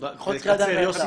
בריכות שחייה עדיין לא יצא.